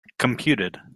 computed